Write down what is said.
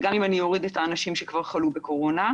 גם אם אני אוריד את האנשים שכבר חלו בקורונה.